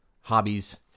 hobbies